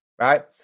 right